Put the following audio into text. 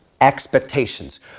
expectations